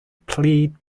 plead